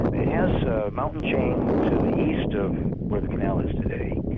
it has a mountain chain to the east of where the canal is today,